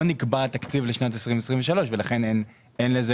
לא נקבע התקציב לשנת 2023 ולכן אין לזה